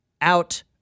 out